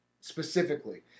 specifically